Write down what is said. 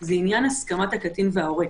זה עניין הסכמת הקטין וההורה.